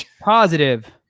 positive